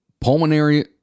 Pulmonary